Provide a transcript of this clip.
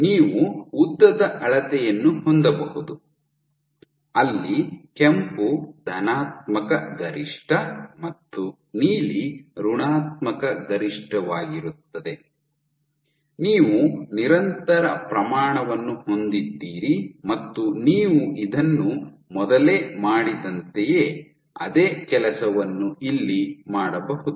ನೀವು ಉದ್ದದ ಅಳತೆಯನ್ನು ಹೊಂದಬಹುದು ಅಲ್ಲಿ ಕೆಂಪು ಧನಾತ್ಮಕ ಗರಿಷ್ಠ ಮತ್ತು ನೀಲಿ ಋಣಾತ್ಮಕ ಗರಿಷ್ಠವಾಗಿರುತ್ತದೆ ನೀವು ನಿರಂತರ ಪ್ರಮಾಣವನ್ನು ಹೊಂದಿದ್ದೀರಿ ಮತ್ತು ನೀವು ಇದನ್ನು ಮೊದಲೇ ಮಾಡಿದಂತೆಯೇ ಅದೇ ಕೆಲಸವನ್ನು ಇಲ್ಲಿ ಮಾಡಬಹುದು